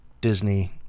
Disney